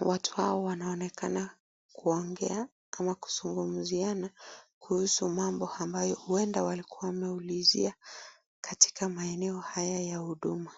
Watu hawa wanaonekana kuongea au kuzungumziana, kuhusu mambo ambayo huenda walikua wameulizia katika maeneo haya ya huduma.